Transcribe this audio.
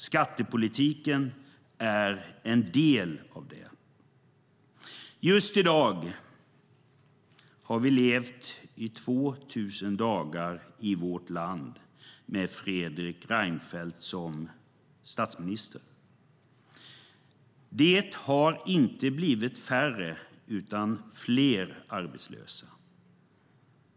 Skattepolitiken är en del av det. Just i dag har vi levt i 2 000 dagar i vårt land med Fredrik Reinfeldt som statsminister. Det har inte blivit färre utan fler arbetslösa.